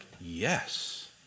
yes